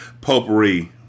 Potpourri